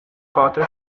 potter